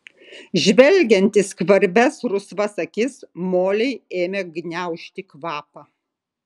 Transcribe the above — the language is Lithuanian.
žvelgiant į skvarbias rusvas akis molei ėmė gniaužti kvapą